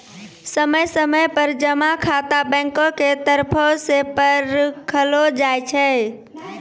समय समय पर जमा खाता बैंको के तरफो से परखलो जाय छै